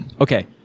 Okay